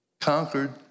conquered